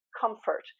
comfort